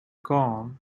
gone